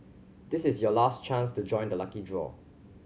this is your last chance to join the lucky draw